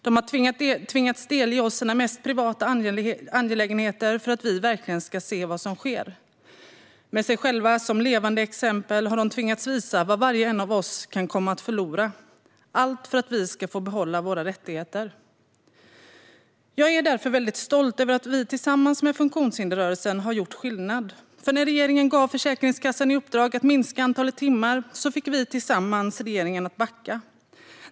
De har tvingats att delge oss sina mest privata angelägenheter för att vi verkligen ska se vad som sker. Med sig själva som levande exempel har de tvingats att visa vad var och en av oss kan komma att förlora, allt för att vi ska få behålla våra rättigheter. Jag är därför väldigt stolt över att vi tillsammans med funktionshindersrörelsen har gjort skillnad. När regeringen gav Försäkringskassan i uppdrag att minska antalet timmar fick vi tillsammans regeringen att backa.